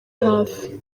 hafi